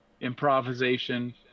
improvisation